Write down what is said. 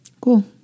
Cool